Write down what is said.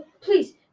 Please